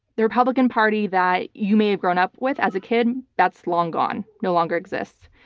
the republican party that you may have grown up with as a kid, that's long gone, no longer exists.